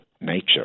nature